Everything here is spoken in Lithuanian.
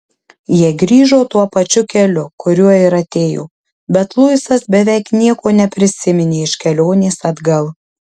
jie grįžo tuo pačiu keliu kuriuo ir atėjo bet luisas beveik nieko neprisiminė iš kelionės atgal